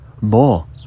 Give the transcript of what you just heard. More